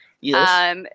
Yes